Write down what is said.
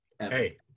Hey